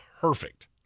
perfect